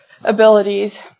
abilities